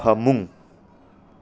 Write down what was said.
ꯐꯃꯨꯡ